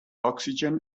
oxygen